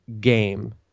game